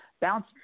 bounce